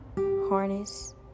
Harness